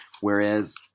whereas